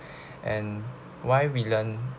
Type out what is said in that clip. and why we learn